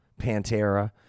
Pantera